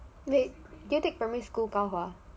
wait do you take primary school 高华